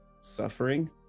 suffering